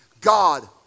God